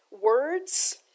words